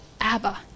Abba